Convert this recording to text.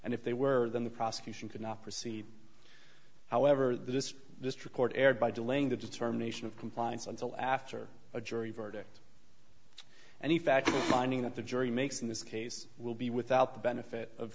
and if they were then the prosecution could not proceed however this district court erred by delaying the determination of compliance until after a jury verdict and he fact finding that the jury makes in this case will be without the benefit of